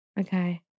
Okay